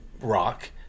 rock